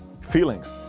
feelings